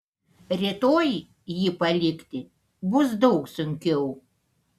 rytoj jį palikti bus daug sunkiau